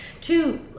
two